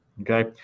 Okay